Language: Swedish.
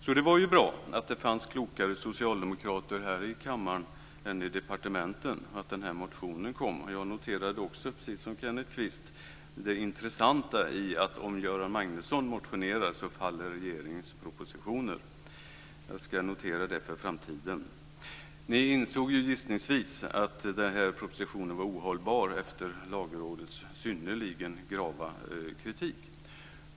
Så det var ju bra att det fanns klokare socialdemokrater här i kammaren än i departementen och att denna motion väcktes. Jag noterade också, precis som Kenneth Kvist, det intressanta i att om Göran Magnusson motionerar så faller regeringens propositioner. Jag ska notera det för framtiden. Ni insåg ju gissningsvis att den här propositionen var ohållbar efter Lagrådets synnerligen grava kritik.